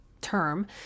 term